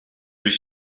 was